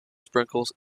sprinkles